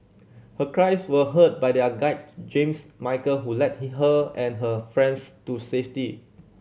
her cries were heard by their guide James Michael who led he her and her friends to safety